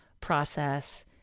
process